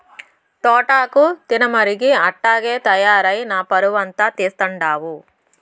తోటాకు తినమరిగి అట్టాగే తయారై నా పరువంతా తీస్తండావు